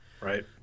Right